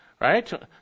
Right